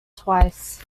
twice